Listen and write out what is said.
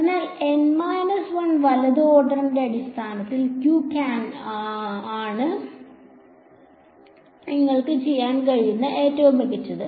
അതിനാൽ N 1 വലത് ഓർഡറിന്റെ അടിസ്ഥാനത്തിൽ q can ആണ് നിങ്ങൾക്ക് ചെയ്യാൻ കഴിയുന്ന ഏറ്റവും മികച്ചത്